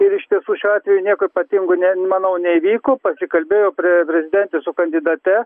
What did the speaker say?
ir iš tiesų šiuo atveju nieko ypatingo ne manau neįvyko pasikalbėjo pre prezidentė su kandidate